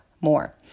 more